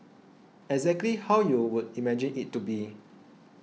exactly how you would imagine it to be